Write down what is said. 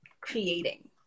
creating